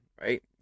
right